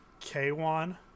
K1